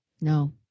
no